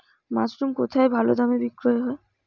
Mushroom কেথায় ভালোদামে বিক্রয় হয়?